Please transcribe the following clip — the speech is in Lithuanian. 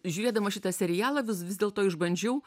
žiūrėdama šitą serialą vis vis dėlto išbandžiau